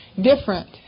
different